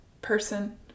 person